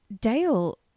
Dale